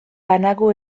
banago